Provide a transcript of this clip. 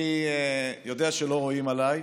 אני יודע שלא רואים עליי,